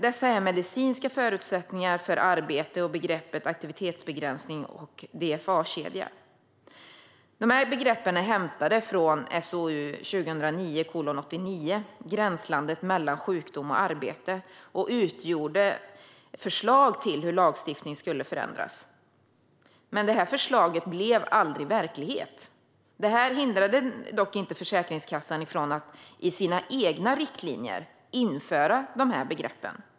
Dessa är medicinska förutsättningar för arbete och begreppet aktivitetsbegränsning och DFA-kedja. Begreppen är hämtade från SOU 2009:89 Gränslandet mellan sjukdom och arbete , och de utgjorde förslag till hur lagstiftningen skulle förändras. Men förslaget blev aldrig verklighet. Det hindrade dock inte Försäkringskassan från att i sina egna riktlinjer införa dessa begrepp.